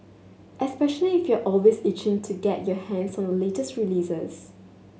especially if you're always itching to get your hands on the latest releases